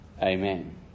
Amen